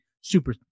super